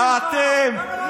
ארבע שנים.